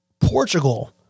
Portugal